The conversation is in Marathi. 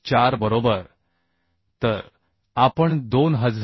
4 बरोबर तर आपण 2953